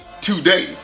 today